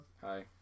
Hi